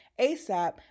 ASAP